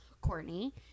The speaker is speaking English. Courtney